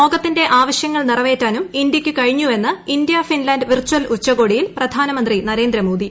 ലോകത്തിന്റെ ആവശൃങ്ങൾ നിറവേറ്റാനും ഇന്തൃയ്ക്ക് കഴിഞ്ഞുവെന്ന് ഇന്ത്യ ഫിൻലാന്റ് വെർച്ചൽ ഉച്ചകോടിയിൽ പ്രധാനമന്ത്രി നരേന്ദ്ര മോദി